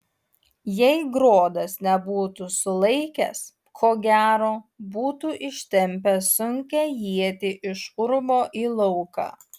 jei grodas nebūtų sulaikęs ko gero būtų ištempęs sunkią ietį iš urvo į lauką